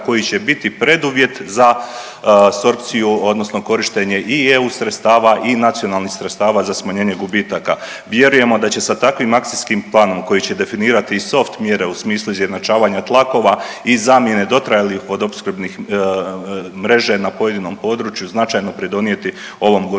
koji će biti preduvjet apsorpciju odnosno korištenje i eu sredstava i nacionalnih sredstava za smanjenje gubitaka. Vjerujemo da će sa takvim akacijskim planom koji će definirati i soft mjere u smislu izjednačavanja tlakova i zamjene dotrajalih vodoopskrbnih mreže na pojedinom području značajno pridonijeti ovom gorućem